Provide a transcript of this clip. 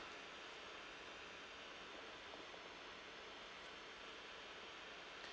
ya